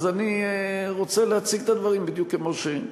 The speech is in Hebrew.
אז אני רוצה להציג את הדברים בדיוק כמו שהם.